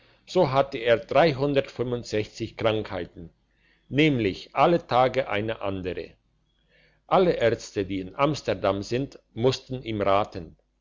so hatte er krankheiten nämlich alle tage eine andere alle ärzte die in amsterdam sind mußten ihm raten